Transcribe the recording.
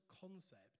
concept